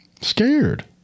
Scared